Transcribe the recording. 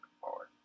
forward